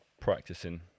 practicing